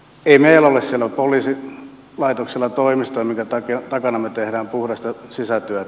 ei meillä ole siellä poliisilaitoksella toimistoja joissa me teemme puhdasta sisätyötä